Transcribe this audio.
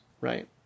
Right